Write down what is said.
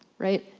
right?